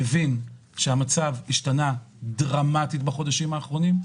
מבין שהמצב השתנה דרמטית בחודשים האחרונים.